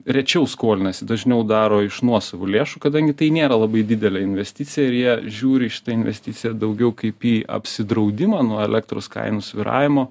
rečiau skolinasi dažniau daro iš nuosavų lėšų kadangi tai nėra labai didelė investicija ir jie žiūri į šitą investiciją daugiau kaip į apsidraudimą nuo elektros kainų svyravimo